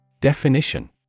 Definition